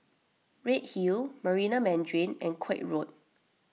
Redhill Marina Mandarin and Koek Road